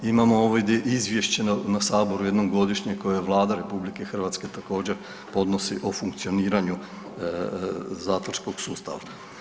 Imamo ovdje izvješće na saboru jednom godišnje koje Vlada RH također podnosi o funkcioniranju zatvorskog sustava.